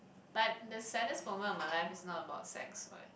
but the saddest moment of my life is not about sex what